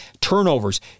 turnovers